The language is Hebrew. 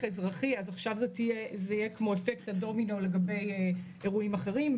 אזרחי וייווצר אפקט דומינו לגבי אירועים אחרים,